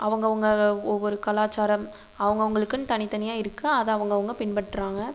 அவங்கவுங்க ஒவ்வொரு கலாச்சாரம் அவங்கவுங்களுக்குன்னு தனித்தனியாக இருக்குது அதை அவங்கவுங்க பின்பற்றுறாங்க